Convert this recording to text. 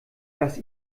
das